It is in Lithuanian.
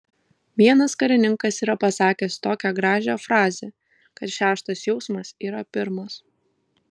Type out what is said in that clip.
vienas karininkas yra pasakęs tokią gražią frazę kad šeštas jausmas yra pirmas